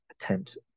attempt